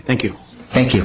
thank you thank you